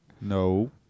No